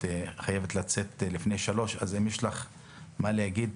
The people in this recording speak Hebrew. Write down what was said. את חייבת לצאת לפני השעה 3 אז אם יש לך מה להגיד,